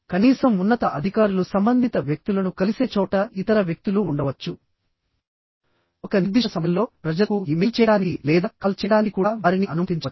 కనీసం ఉన్నత అధికారులు సంబంధిత వ్యక్తులను కలిసే చోట ఇతర వ్యక్తులు ఉండవచ్చు ఒక నిర్దిష్ట సమయంలో ప్రజలకు ఇమెయిల్ చేయడానికి లేదా కాల్ చేయడానికి కూడా వారిని అనుమతించవచ్చు